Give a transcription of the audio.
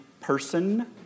person